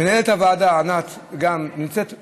מנהלת הוועדה ענת נמצאת?